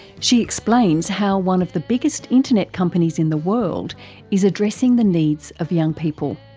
she explains how one of the biggest internet companies in the world is addressing the needs of young people.